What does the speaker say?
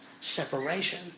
separation